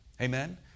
Amen